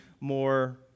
more